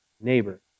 neighbor